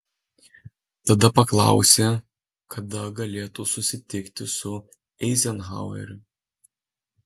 tada paklausė kada galėtų susitikti su eizenhaueriu